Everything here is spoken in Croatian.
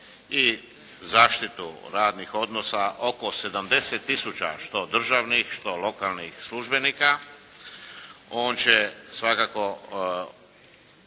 i zaštitu radnih odnosa oko 70 tisuća što državnih što lokalnih službenika. On će svakako